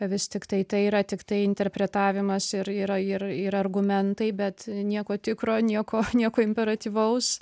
vis tiktai tai yra tiktai interpretavimas ir yra ir ir argumentai bet nieko tikro nieko nieko imperatyvaus